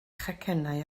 chacennau